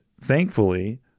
thankfully